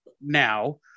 now